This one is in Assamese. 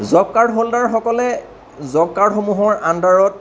জবকাৰ্ড হোলদাৰসকলে জবকাৰ্ডসমূহৰ আণ্ডাৰত